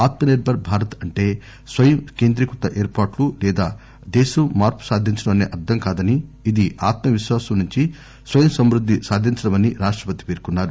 ఆత్మ నిర్బర్ భారత్ అంటే స్వయం కేంద్రీకృత ఏర్పాట్లు లేదా దేశం మార్పు సాధించడం అసే అర్థం కాదని ఇది ఆత్మ విశ్వాసం నుంచి స్వయం సంవృద్ది సాధించడమని రాష్టపతి పేర్కొన్నారు